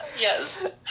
yes